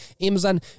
Amazon